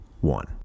one